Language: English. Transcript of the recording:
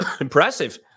Impressive